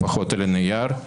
לפחות על הנייר,